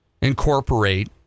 incorporate